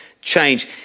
change